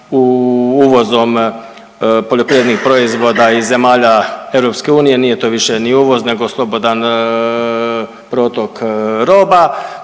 uvozom poljoprivrednih proizvoda iz zemalja EU nije to više ni uvoz nego slobodan protok roba,